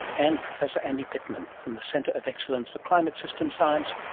and professor andy pitman, from the centre of excellence for climate system science,